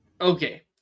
Okay